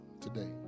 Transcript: today